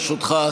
ברשותך.